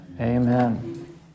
Amen